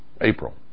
April